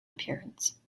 appearance